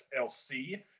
SLC